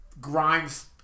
Grimes